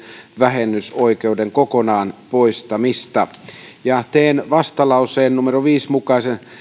vähennysoikeuden kokonaan poistamista teen vastalauseen viiden mukaisen